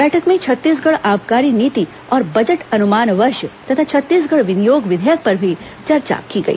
बैठक में छत्तीसगढ़ आबकारी नीति और बजट अनुमान वर्ष तथा छत्तीसगढ़ विनियोग विधेयक पर भी चर्चा की गई